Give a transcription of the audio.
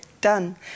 done